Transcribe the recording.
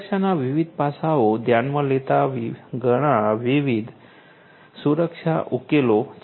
સુરક્ષાના વિવિધ પાસાઓ ધ્યાનમાં લેતા ઘણાં વિવિધ સુરક્ષા ઉકેલો છે